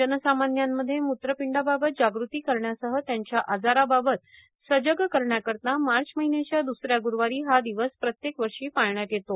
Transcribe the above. जनसामान्यांमध्ये मुत्रपिंडाबाबत जागृती करण्यासह त्यांच्या आजाराबाबत सजग करण्याकरिता मार्च महिन्याच्या द्सऱ्या ग्रूवारी हा दिवस प्रत्येक वर्षी पाळण्यात येतो